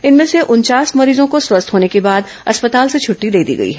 इनमें से उनचास मरीजों को स्वस्थ होने के बाद अस्पताल से छुट्टी दे दी गई है